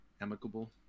Amicable